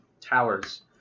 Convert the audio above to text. towers